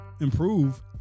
improve